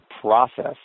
process